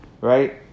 right